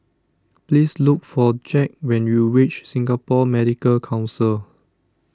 please look for Jack when you reach Singapore Medical Council